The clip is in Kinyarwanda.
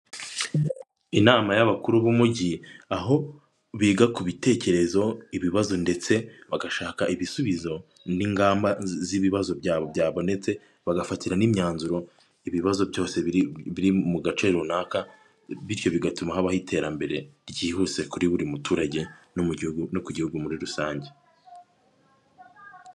Inama y'abakuru b'umujyi, aho biga ku bitekerezo ibibazo, ndetse bagashaka ibisubizo n'ingamba z'ibibazo byabo byabonetse, bagafatira n'imyanzuro ibibazo byose biri mu gace runaka, bityo bigatuma habaho iterambere ryihuse kuri buri muturage no mu gihugu muri rusange.